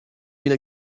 been